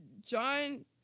John